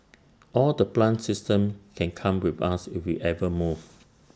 all the plant systems can come with us if we ever move